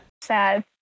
Sad